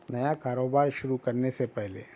نیا کاروبار شروع کرنے سے پہلے